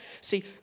See